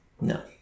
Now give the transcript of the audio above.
no